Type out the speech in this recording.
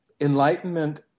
enlightenment